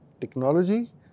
technology